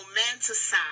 romanticize